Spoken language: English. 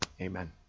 Amen